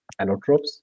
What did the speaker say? allotropes